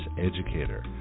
educator